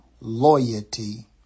loyalty